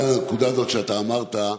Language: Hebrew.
הנקודה הזאת שאמרת,